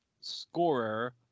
scorer